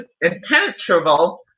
impenetrable